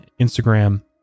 Instagram